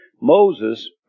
Moses